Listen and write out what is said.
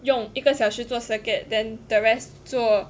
用一个小时做 circuit then the rest 做